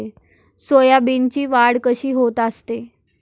सोयाबीनची वाढ कशी होत असते?